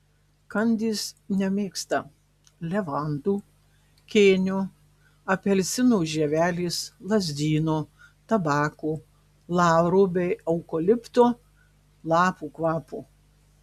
kandys nemėgsta levandų kėnio apelsino žievelės lazdyno tabako lauro bei eukalipto lapų kvapo